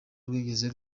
rwigeze